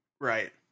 right